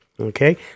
Okay